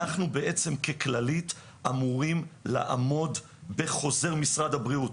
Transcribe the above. אנחנו בעצם ככללית אמורים לעמוד בחוזר משרד הבריאות